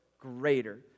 greater